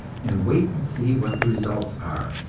and wait and see what the results are.